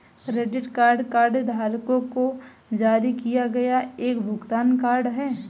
credit card कार्डधारकों को जारी किया गया एक भुगतान कार्ड है